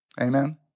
Amen